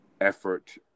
effort